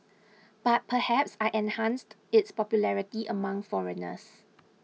but perhaps I enhanced its popularity among foreigners